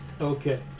Okay